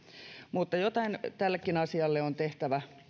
mutta jotain tällekin asialle on tehtävä